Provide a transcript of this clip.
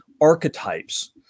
archetypes